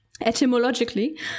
etymologically